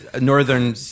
Northern